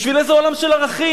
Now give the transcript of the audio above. בשביל איזה עולם של ערכים?